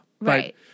Right